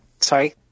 sorry